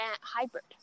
hybrid